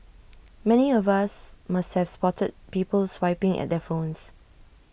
many of us must have spotted people swiping at their phones